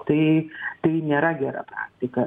tai tai nėra gera taktika